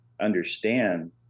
understand